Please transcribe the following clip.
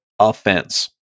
offense